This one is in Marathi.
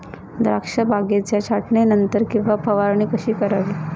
द्राक्ष बागेच्या छाटणीनंतर फवारणी कशी करावी?